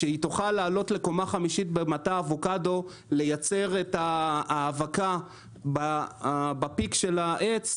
שהיא תוכל לעלות לקומה חמישית במטע אבוקדו לייצר את האבקה בפיק של העץ,